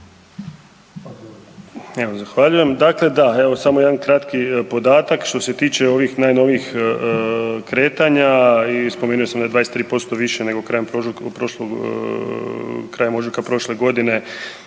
Zahvaljujem. Dakle, da, evo samo jedan kratki podatak što se tiče ovih najnovijih kretanja i spomenuo sam 23% više nego krajem ožujka prošle godine